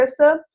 krista